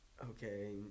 Okay